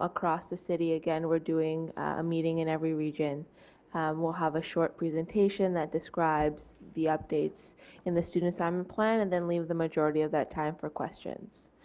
across the city again we are doing a meeting in every region. we will have a short presentation that describes the updates in the student assignment plan and then leave the majority of that time for questions.